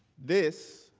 this